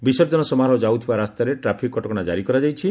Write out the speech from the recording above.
ବିସର୍ଜନ ସମାରୋହ ଯାଉଥିବା ରାସ୍ତାରେ ଟ୍ରାଫିକ୍ କଟକଣା କାରି କରାଯାଇଛି